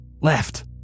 Left